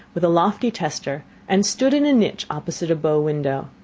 with a lofty tester, and stood in a niche a bow window.